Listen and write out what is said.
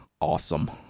awesome